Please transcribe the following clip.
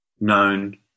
known